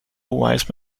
wise